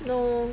mmhmm